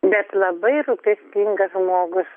bet labai rūpestingas žmogus